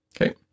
Okay